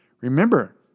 Remember